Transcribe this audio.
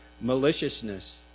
maliciousness